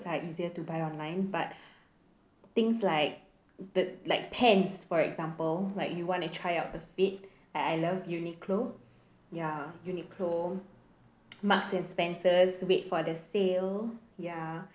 are easier to buy online but things like the like pants for example like you want to try out the fit I I love Uniqlo ya Uniqlo Marks & Spencer wait for the sale ya